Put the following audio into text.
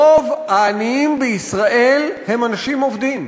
רוב העניים בישראל הם אנשים עובדים.